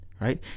right